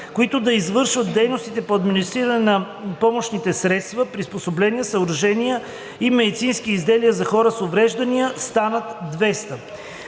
които да извършват дейностите по администриране на помощните средства, приспособления, съоръжения и медицински изделия за хора с увреждания, станат 200.